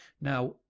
Now